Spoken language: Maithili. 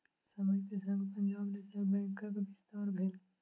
समय के संग पंजाब नेशनल बैंकक विस्तार भेल